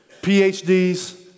PhDs